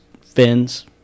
fins